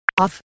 Off